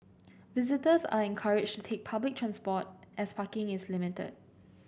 visitors are encouraged to take public transport as parking is limited